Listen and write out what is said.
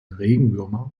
regenwürmer